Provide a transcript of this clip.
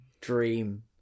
dream